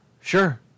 sure